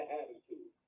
attitude